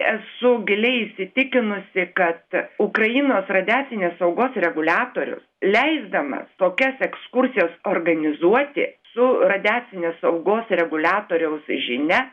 esu giliai įsitikinusi kad ukrainos radiacinės saugos reguliatorius leisdamas tokias ekskursijas organizuoti su radiacinės saugos reguliatoriaus žinia